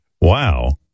wow